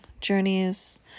journeys